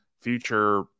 future